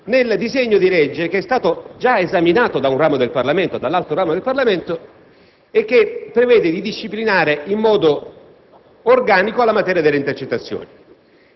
nel disegno di legge già esaminato dall'altro ramo del Parlamento che prevede di disciplinare in modo organico la materia delle intercettazioni.